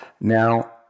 Now